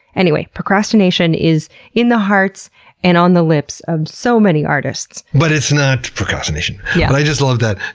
anyway, procrastination is in the hearts and on the lips of so many artists. but it's not procrastination, but i just love that,